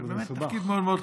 זה מסובך.